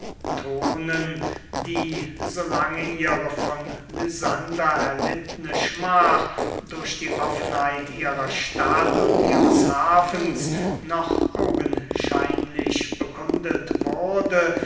die so lange ihre von lysandern erlittene schmach durch die offenheit ihrer stadt und ihres hafens noch augenscheinlich beurkundet wurde